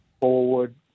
forward